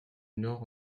nord